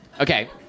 Okay